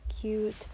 cute